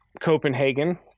Copenhagen